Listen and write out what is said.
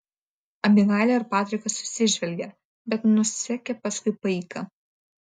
abigailė ir patrikas susižvelgė bet nusekė paskui paiką